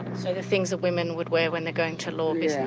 so the things that women would wear when they're going to law business?